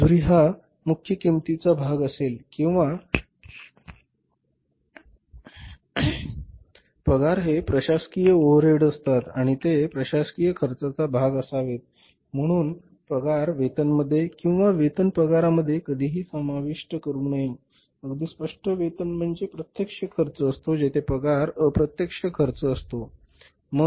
मजुरी हा मुख्य किंमतीचा भाग असेल आणि पगार हे प्रशासकीय ओव्हरहेड असतात आणि ते प्रशासकीय खर्चाचा भाग असावेत म्हणून पगार वेतनामध्ये किंवा वेतन पगारामध्ये कधीही समावेश करू नये अगदी स्पष्ट वेतन म्हणजे प्रत्यक्ष खर्च असतो जेथे पगार अप्रत्यक्ष खर्च असतो बरोबर